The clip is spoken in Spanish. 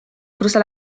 cruza